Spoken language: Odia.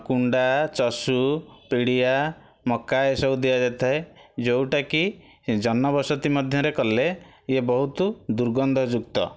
କୁଣ୍ଡା ଚଷୁ ପିଡ଼ିଆ ମକା ଏସବୁ ଦିଆଯାଇଥାଏ ଯେଉଁଟା କି ଜନବସତି ମଧ୍ୟରେ କଲେ ଇଏ ବହୁତ ଦୁର୍ଗନ୍ଧଯୁକ୍ତ